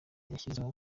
yashyizeho